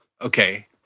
Okay